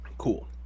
cool